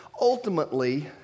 ultimately